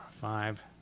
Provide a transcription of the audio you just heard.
five